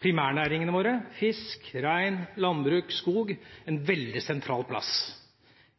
primærnæringene våre – fisk, rein, landbruk, skog – en veldig sentral plass med hensyn